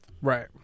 Right